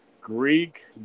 Greek